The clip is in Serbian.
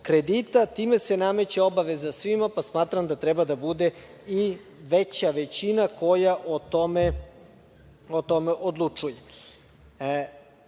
Time se nameće obaveza svima, pa smatram da treba da bude i veća većina koja o tome odlučuje. Mislim